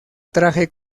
traje